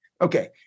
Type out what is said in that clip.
Okay